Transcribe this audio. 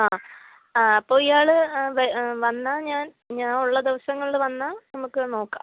ആ ആ അപ്പോൾ ഇയാള് വന്നാൽ ഞാൻ ഞാനുള്ള ദിവസങ്ങളില് വന്നാൽ നമുക്ക് നോക്കാം